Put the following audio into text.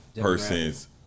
person's